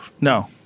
No